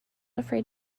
afraid